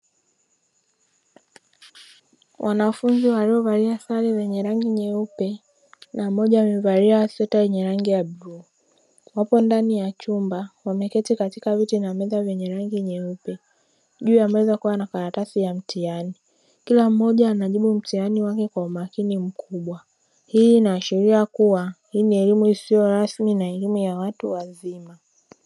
Wanafunzi waliovalia sare zenye rangi nyeupe na mmoja amevalia sweta yenye rangi ya bluu, wapo ndani ya chumba wameketi katika viti na meza zenye rangi nyeupe, juu ya meza kukiwa na karatasi ya mtihani. Kila mmoja anajibu mtihani wake kwa umakini mkubwa, hii inaashiria kuwa hii ni elimu isiyo rasmi na elimu ya watu wazima.